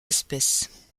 espèces